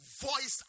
voice